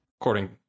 According